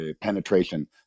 penetration